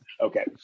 Okay